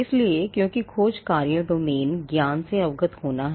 इसलिए क्योंकि खोज कार्य डोमेन ज्ञान से अवगत होना है